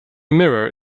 mirror